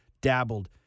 dabbled